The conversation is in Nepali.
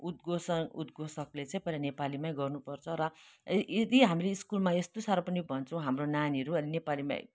उद्घोषण उद्घोषकले चाहिँ पहिला नेपालीमै गर्नुपर्छ र यदि हामीले स्कुलमा यस्तो साह्रो पनि भन्छौँ हाम्रो नानीहरू नेपालीमा